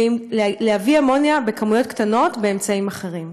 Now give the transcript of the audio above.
ויביאו אמוניה בכמויות קטנות באמצעים אחרים.